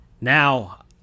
now